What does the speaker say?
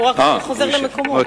הוא רק חוזר למקומו.